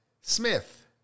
Smith